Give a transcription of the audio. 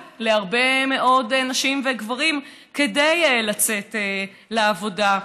להרבה מאוד נשים וגברים כדי לצאת לעבודה.